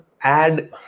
add